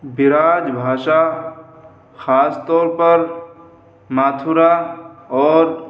برج بھاشا خاص طور پر ماتھرا اور